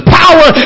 power